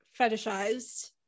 fetishized